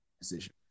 decision